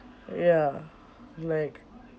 ya like